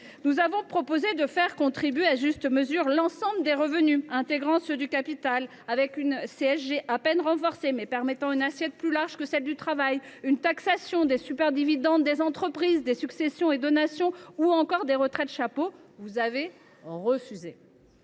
Nous avons proposé de faire contribuer à leur juste mesure l’ensemble des revenus, intégrant ceux du capital, avec une CSG à peine renforcée, mais offrant une assiette plus large que celle du travail, une taxation des superdividendes des entreprises, des successions et donations ou encore des retraites chapeaux. Vous avez refusé.